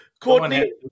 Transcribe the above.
Courtney